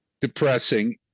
depressing